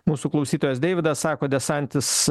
mūsų klausytojas deividas sako desantis